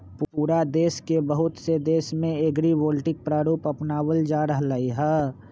पूरा दुनिया के बहुत से देश में एग्रिवोल्टिक प्रारूप अपनावल जा रहले है